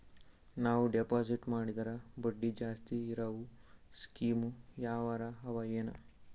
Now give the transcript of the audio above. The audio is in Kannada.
ನಾವು ಡೆಪಾಜಿಟ್ ಮಾಡಿದರ ಬಡ್ಡಿ ಜಾಸ್ತಿ ಇರವು ಸ್ಕೀಮ ಯಾವಾರ ಅವ ಏನ?